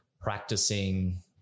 practicing